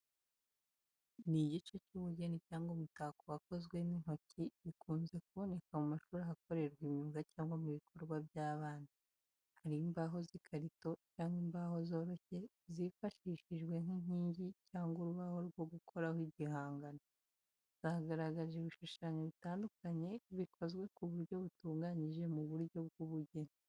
Ni igice cy’ubugeni cyangwa umutako wakozwe n’intoki bikunze kuboneka mu mashuri ahakorerwa imyuga cyangwa mu bikorwa by’abana. Hari imbaho z’ikarito cyangwa imbaho zoroshye zifashishijwe nk’inkingi cyangwa urubaho rwo gukoraho igihangano. Zagaragaje ibishushanyo bitandukanye bikozwe ku buryo butunganyije mu buryo bw’ubugeni.